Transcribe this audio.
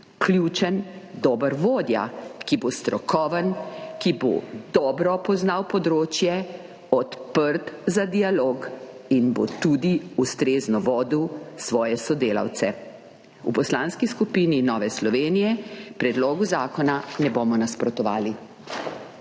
ključen dober vodja, ki bo strokoven, ki bo dobro poznal področje, odprt za dialog in bo tudi ustrezno vodil svoje sodelavce. V Poslanski skupini Nova Slovenija predlogu zakona ne bomo nasprotovali.